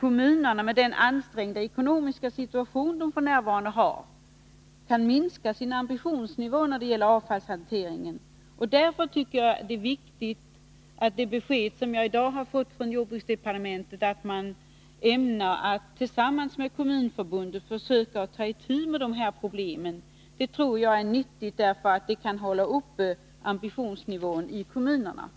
kommunerna, med den ansträngda ekonomiska situation de f. n. har, kan minska sin ambitionsnivå när det gäller avfallshanteringen. Därför tycker jag att det är ett viktigt besked som jag i dag har fått från jordbruksdepartementet, att man tillsammans med Kommunförbundet ämnar försöka ta itu med dessa problem. Jag tror att det är nyttigt därför att det kan hålla uppe ambitionsnivån i kommunerna.